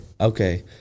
okay